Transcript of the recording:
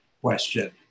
question